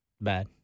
Bad